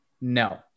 No